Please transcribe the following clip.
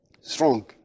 strong